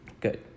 Good